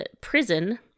prison